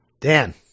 Dan